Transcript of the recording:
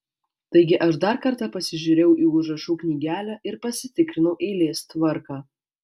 taigi aš dar kartą pasižiūrėjau į užrašų knygelę ir pasitikrinau eilės tvarką